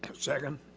um second.